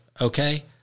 Okay